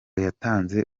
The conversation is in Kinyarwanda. yatanze